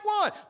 one